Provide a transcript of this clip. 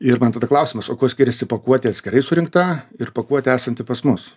ir man tada klausimas o kuo skiriasi pakuotė atskirai surinkta ir pakuotė esanti pas mus